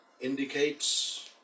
indicates